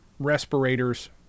respirators